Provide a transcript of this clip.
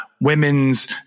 women's